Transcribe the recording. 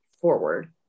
forward